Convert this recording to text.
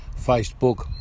Facebook